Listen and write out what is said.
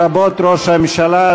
לרבות ראש הממשלה,